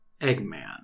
Eggman